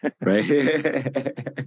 Right